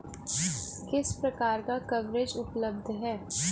किस प्रकार का कवरेज उपलब्ध है?